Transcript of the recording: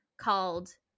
called